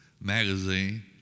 magazine